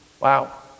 Wow